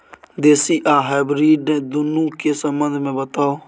देसी आ हाइब्रिड दुनू के संबंध मे बताऊ?